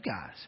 guys